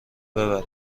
ببره